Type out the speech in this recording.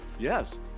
Yes